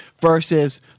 versus